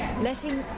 letting